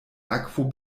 akvo